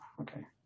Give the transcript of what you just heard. Okay